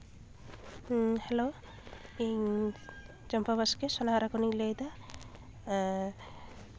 ᱦᱮᱸ ᱦᱮᱞᱳ ᱤᱧ ᱪᱚᱢᱯᱟ ᱵᱟᱥᱠᱮ ᱥᱳᱱᱟᱦᱟᱨᱟ ᱠᱷᱚᱱᱤᱧ ᱞᱟᱹᱭᱮᱫᱟ